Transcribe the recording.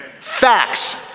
facts